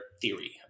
theory